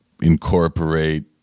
incorporate